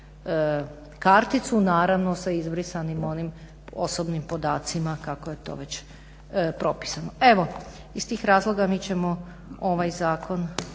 karticu naravno sa izbrisanim onim osobnim podacima kako je to već propisano. Evo, iz tih razloga mi ćemo ovaj zakon